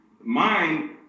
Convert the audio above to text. mind